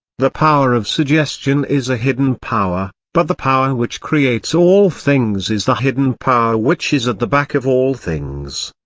the power of suggestion is a hidden power, but the power which creates all things is the hidden power which is at the back of all things.